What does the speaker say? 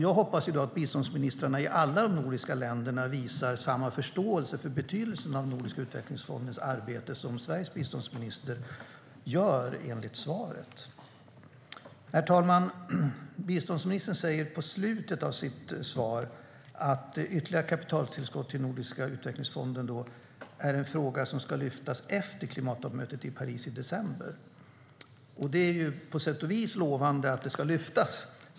Jag hoppas att biståndsministrarna i alla de nordiska länderna visar samma förståelse för betydelsen av Nordiska utvecklingsfondens arbete som Sveriges biståndsminister gör enligt svaret. Herr talman! Biståndsministern säger i slutet av sitt svar att ytterligare kapitaltillskott till Nordiska utvecklingsfonden är en fråga som ska lyftas fram efter klimattoppmötet i Paris i december. Det är på sätt och vis lovande att den frågan ska lyftas fram.